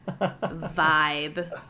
vibe